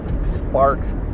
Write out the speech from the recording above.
Sparks